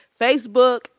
Facebook